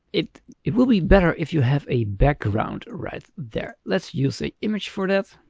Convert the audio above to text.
it it will be better if you have a background right there. let's use a image for that.